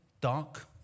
dark